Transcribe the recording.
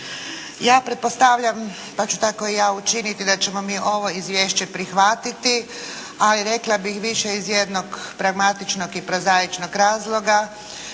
Ja pretpostavljam, pa ću tako i ja učiniti da ćemo mi ovo izvješće prihvatiti. A i rekla bih više iz jednog pragmatičnog i prozaičnog razloga,